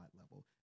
level